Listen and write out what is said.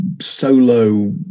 solo